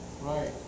right